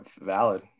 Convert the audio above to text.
Valid